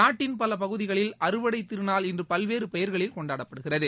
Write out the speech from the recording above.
நாட்டின் பல பகுதிகளில் அறுவடைத் திருநாள் இன்று பல்வேறு பெயர்களில் கொண்டாடப்படுகிறது